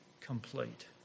complete